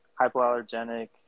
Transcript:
hypoallergenic